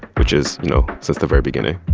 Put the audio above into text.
which is, you know, since the very beginning,